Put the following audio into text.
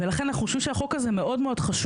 ולכן אנחנו חושבים שהחוק הזה מאוד חשוב,